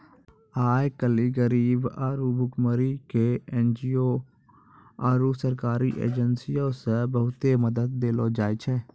आइ काल्हि गरीबी आरु भुखमरी के एन.जी.ओ आरु सरकारी एजेंसीयो से बहुते मदत देलो जाय छै